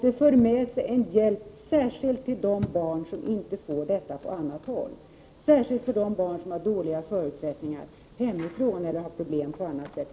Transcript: Det för med sig en hjälp särskilt för de barn som inte får lära sig detta på annat håll, särskilt för de barn som har dåliga förutsättningar hemifrån eller har problem på annat sätt.